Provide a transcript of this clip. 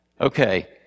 Okay